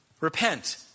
Repent